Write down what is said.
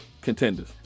contenders